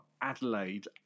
Adelaide